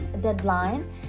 deadline